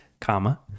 comma